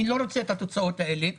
אני לא רוצה את התוצאות האלה.